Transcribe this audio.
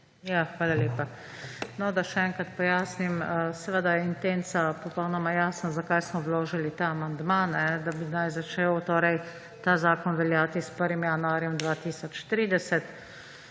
Hvala lepa. No, da še enkrat pojasnim. Seveda je intenca popolnoma jasna, zakaj smo vložili ta amandma, da bi naj začel ta zakon veljati s 1. januarjem 2030.